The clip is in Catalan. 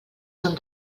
són